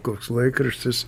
koks laikraštis